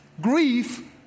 grief